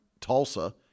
Tulsa